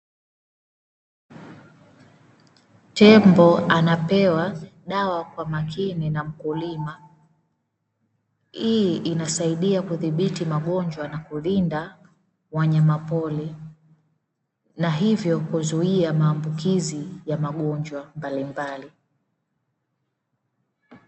Tembo anapewa dawa kwa makini na mkulima. Hii inasaidia kudhibiti magonjwa na kulinda wanyama pori na hivyo kuzuia maambukizi ya magonjwa mbalimbali.